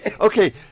Okay